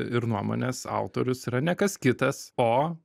ir nuomonės autorius yra ne kas kitas o